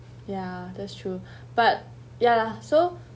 ya that's true but ya lah so